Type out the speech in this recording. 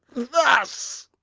thus.